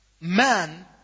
man